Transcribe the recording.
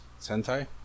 Sentai